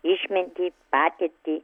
išmintį patirtį